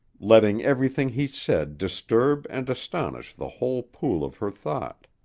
letting everything he said disturb and astonish the whole pool of her thought.